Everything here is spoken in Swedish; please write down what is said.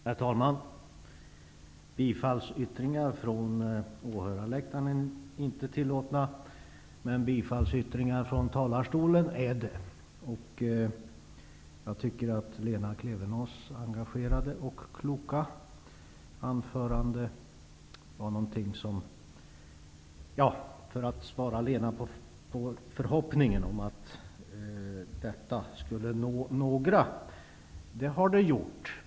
Herr talman! Bifallsyttringar från åhörarläktaren är inte tillåtna. Men bifallsyttringar från talarstolen är tillåtna. Jag tycker att Lena Klevenås anförande var engagerande och klokt -- detta sagt för att bemöta Lena Klevenås som hoppades att vad hon här sade skulle nå fram till några. Det har det gjort.